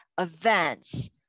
events